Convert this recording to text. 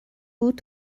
بود